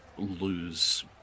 Lose